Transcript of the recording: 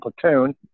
platoon